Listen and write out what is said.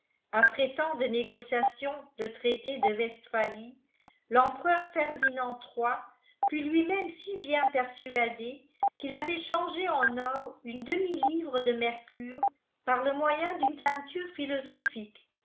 après tant de négociatiens le traité dé vestphalie fempereur ferdinand iii fut lui-même si bien persuadé qu'il avait changé en or unie dèmi livie de mercure par le moyen d'une teinture philosophique